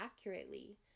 accurately